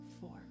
four